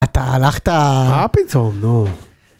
אתה הלכת... מה פתאום, נו.